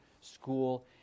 school